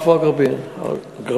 עפו אגבאריה.